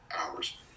hours